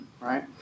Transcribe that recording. right